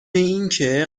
اینکه